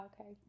okay